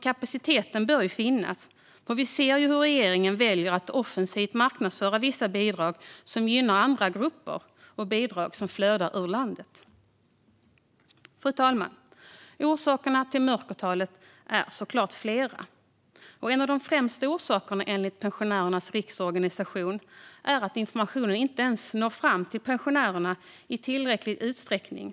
Kapaciteten bör finnas, för vi ser hur regeringen väljer att offensivt marknadsföra vissa bidrag som gynnar andra grupper, och bidrag som flödar ur landet. Fru talman! Orsakerna till mörkertalet är såklart flera. En av de främsta orsakerna är enligt Pensionärernas riksorganisation att informationen inte ens når pensionärerna i tillräcklig utsträckning.